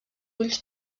ulls